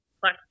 plus